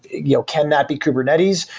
you know can that be kubernetes?